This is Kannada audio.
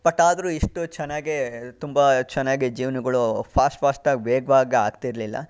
ಬಟ್ ಆದರೂ ಇಷ್ಟು ಚೆನ್ನಾಗಿ ತುಂಬ ಚೆನ್ನಾಗಿ ಜೀವನಗಳು ಫಾಸ್ಟ್ ಫಾಸ್ಟ್ ಆಗಿ ವೇಗವಾಗಿ ಆಗ್ತಿರಲಿಲ್ಲ